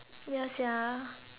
ya sia